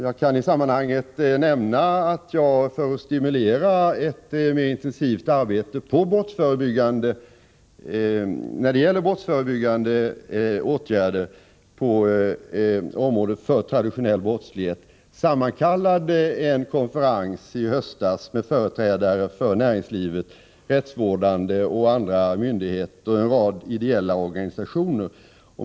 Jag kan i det sammanhanget nämna att jag för att stimulera ett mer intensivt arbete när det gäller brottsförebyggande åtgärder på områden för traditionell brottslighet i höstas sammankallade en konferens med företrädare för näringslivet, rättsvårdande och andra myndigheter samt en rad ideella organisationer.